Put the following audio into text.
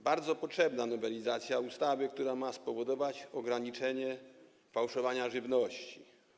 Bardzo potrzebna nowelizacja ustawy, która ma spowodować ograniczenie fałszowania żywności.